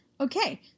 Okay